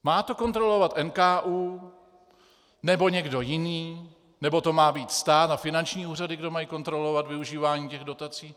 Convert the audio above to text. Má to kontrolovat NKÚ, nebo někdo jiný, nebo to má být stát a finanční úřady, kdo mají kontrolovat využívání dotací?